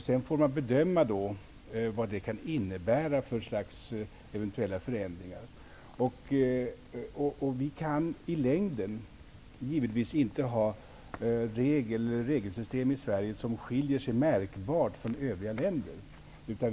Sedan får man bedöma vad detta kan innebära för slags förändringar. Vi kan givetvis inte i längden ha ett regelsystem i Sverige som märkbart skiljer sig från övriga länders system.